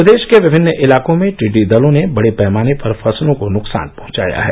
प्रदेश के विभिन्न इलाकों में टिड्डी दलों ने बडे पैमाने पर फसलों को नुकसान पहुंचाया है